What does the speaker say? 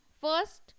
first